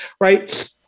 right